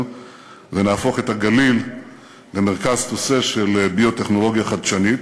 ונהפוך את הגליל למרכז תוסס של ביו-טכנולוגיה חדשנית,